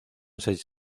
seis